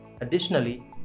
Additionally